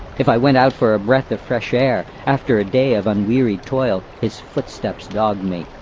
if i went out for a breath of fresh air, after a day of unwearied toil, his footsteps dogged me.